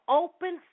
open